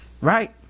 Right